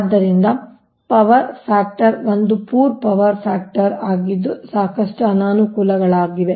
ಆದ್ದರಿಂದ power factor ಒಂದು poor power factor ಆಗಿದ್ದು ಸಾಕಷ್ಟು ಅನಾನುಕೂಲಗಳನ್ನು ಹೊಂದಿದೆ